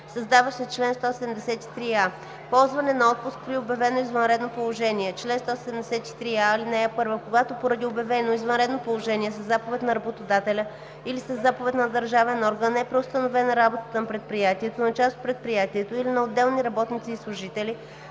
Създава се чл. 173а: „Ползване на отпуск при обявено извънредно положение Чл. 173а. (1) Когато поради обявено извънредно положение със заповед на работодателя или със заповед на държавен орган е преустановена работата на предприятието, на част от предприятието или на отделни работници и служители,